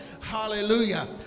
Hallelujah